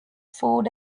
food